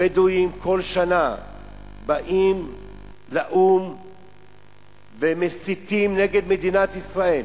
הבדואים כל שנה באים לאו"ם ומסיתים נגד מדינת ישראל.